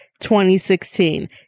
2016